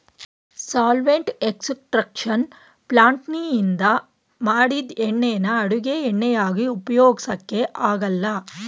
solvent extraction ಪ್ಲಾಂಟ್ನಿಂದ ಮಾಡಿದ್ ಎಣ್ಣೆನ ಅಡುಗೆ ಎಣ್ಣೆಯಾಗಿ ಉಪಯೋಗ್ಸಕೆ ಆಗಲ್ಲ